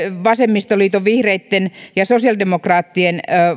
vasemmistoliiton vihreitten ja sosiaalidemokraattien